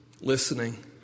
listening